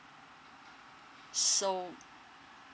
so